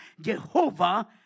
Jehovah